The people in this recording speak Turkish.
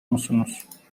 musunuz